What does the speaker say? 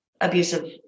abusive